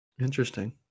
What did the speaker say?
interesting